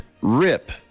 rip